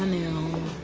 and you